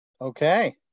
Okay